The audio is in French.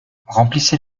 remplissez